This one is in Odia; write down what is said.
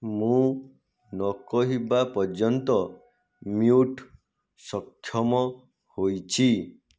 ମୁଁ ନ କହିବା ପର୍ଯ୍ୟନ୍ତ ମ୍ୟୁଟ୍ ସକ୍ଷମ ହୋଇଛି